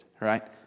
right